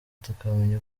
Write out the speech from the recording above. tukamenya